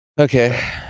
Okay